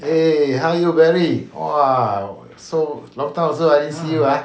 eh how are you barry !wah! so long time also I never see you ah